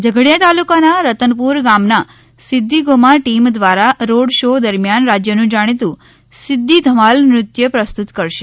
ઝઘડીયા તાલુકાના રતનપુર ગામના સીદ્દીગોમા ટીમ દ્વારા રોડ શો દરમ્યાન રાજ્યનું જાણીતું સિદ્દી ધમાલ નૃત્ય પ્રસ્તુત કરશે